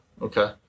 okay